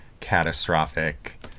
catastrophic